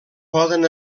poden